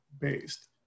based